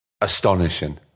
astonishing